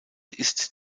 ist